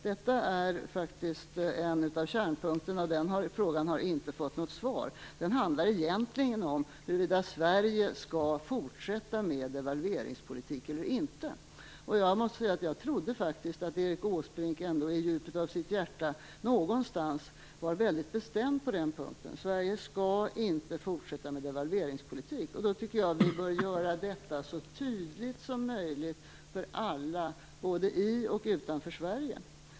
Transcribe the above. Detta är faktiskt en av kärnpunkterna, och den frågan har inte fått något svar. Den handlar egentligen om huruvida Sverige skall fortsätta med devalveringspolitik eller inte. Jag måste säga att jag faktiskt trodde att Erik Åsbrink någonstans i djupet av sitt hjärta var väldigt bestämd på den punkten. Sverige skall inte fortsätta med devalveringspolitik. Då tycker jag att vi bör göra detta så tydligt som möjligt för alla, både i och utanför Sverige.